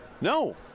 no